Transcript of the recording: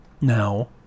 now